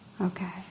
Okay